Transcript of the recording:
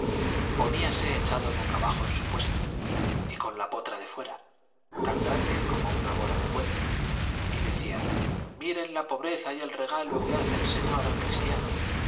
junto poníase echado boca arriba en su puesto y con la potra defuera tan grande como una bola de puente y decía miren la pobreza y el regalo que hace el señor al cristiano